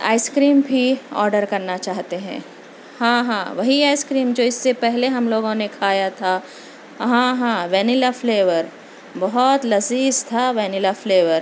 ice cream بھی order کرنا چاہتے ہیں ہاں ہاں وہی آئس کریم جو اس سے پہلے ہم لوگوں نے کھایا تھا ہاں ہاں وینیلا فلیور بہت لذیذ تھا وینیلا فلیور